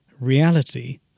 reality